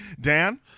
Dan